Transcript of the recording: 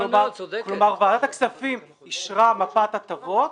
ועדת הכספים אישרה מפת הטבות,